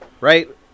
right